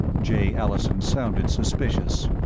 jay allison sounded suspicious.